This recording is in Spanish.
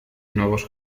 nuevos